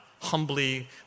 humbly